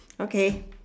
okay